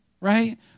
right